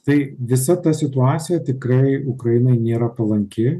tai visa ta situacija tikrai ukrainai nėra palanki